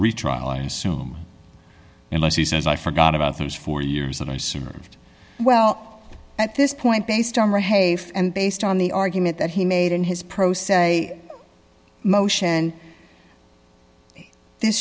retrial i assume unless he says i forgot about those four years and i served well at this point based on her hafe and based on the argument that he made in his pro se motion this